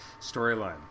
storyline